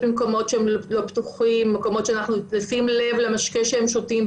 במקומות לא פתוחים ולשים לב משקה שהם שותים.